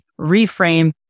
reframe